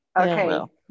Okay